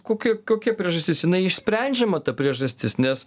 koki kokia priežastis jinai išsprendžiama ta priežastis nes